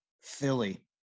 Philly